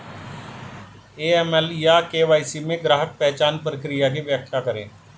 AML या KYC में ग्राहक पहचान प्रक्रिया की व्याख्या करें?